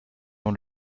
dans